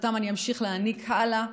שאותם אני אמשיך להעניק הלאה